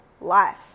life